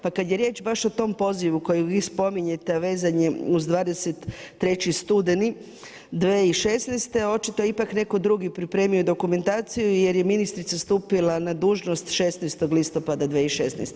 Pa kada je riječ baš o tom pozivu kojeg vi spominjete a vezan je uz 23. studeni 2016. očito je ipak netko drugi pripremio dokumentaciju, jer je ministrica stupila na dužnost 16. listopada 2016.